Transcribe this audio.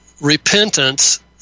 repentance